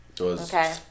Okay